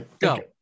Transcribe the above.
go